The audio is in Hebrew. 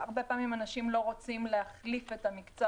הרבה פעמים אנשים לא רוצים להחליף את המקצוע